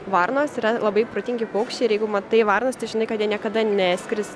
varnos yra labai protingi paukščiai ir jeigu matai varnas tai žinai kad jie niekada neskris